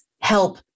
help